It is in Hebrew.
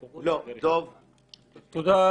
יתקן.